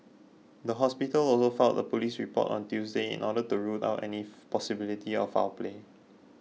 the hospital also filed a police report on Tuesday in order to rule out any possibility of foul play